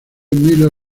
miller